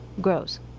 grows